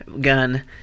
gun